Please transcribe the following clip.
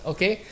Okay